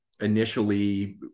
initially